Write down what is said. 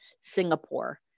Singapore